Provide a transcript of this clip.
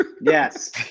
Yes